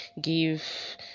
give